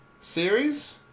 series